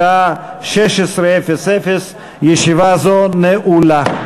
בשעה 16:00. ישיבה זו נעולה.